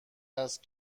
است